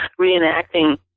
reenacting